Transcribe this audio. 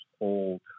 old